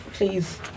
Please